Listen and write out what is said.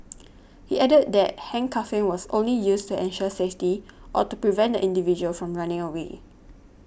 he added that handcuffing was only used to ensure safety or to prevent the individual from running away